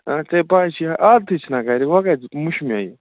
آ ژےٚ پَیی چھےٚ عادتھٕے چھُنا گَرِ وۅنۍ کَتہِ مَشہِ مےٚ یہِ